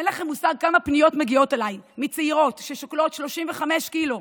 אין לכם מושג כמה פניות מגיעות אליי מצעירות ששוקלות 35 קילו,